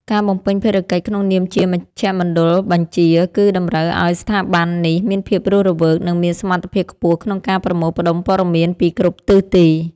ការបំពេញភារកិច្ចក្នុងនាមជាមជ្ឈមណ្ឌលបញ្ជា គឺតម្រូវឱ្យស្ថាប័ននេះមានភាពរស់រវើក និងមានសមត្ថភាពខ្ពស់ក្នុងការប្រមូលផ្ដុំព័ត៌មានពីគ្រប់ទិសទី។